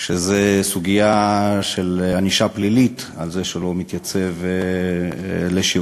שזו הסוגיה של ענישה פלילית על זה שלא מתייצב לשירות,